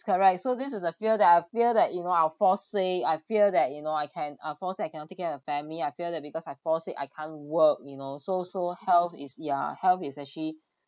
correct so this is a fear that I fear that you know I'll fall sick I fear that you know I can uh fall sick I cannot take care of family I fear that because I fall sick I can't work you know so so health is ya health is actually